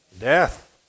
Death